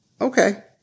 Okay